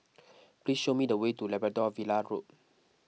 please show me the way to Labrador Villa Road